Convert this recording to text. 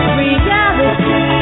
reality